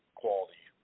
quality